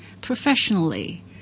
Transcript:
Professionally